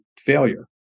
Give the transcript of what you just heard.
failure